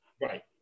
Right